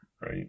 right